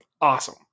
Awesome